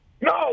No